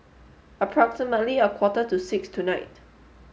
approximately a quarter to six tonight